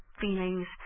feelings